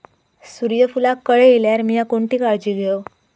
सूर्यफूलाक कळे इल्यार मीया कोणती काळजी घेव?